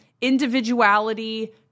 individuality